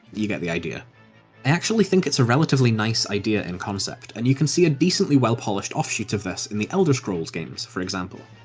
you get the idea. i actually think it's a relatively nice idea in concept, and you can see a decently well-polished off-shoot of this in the elder scrolls games, for example.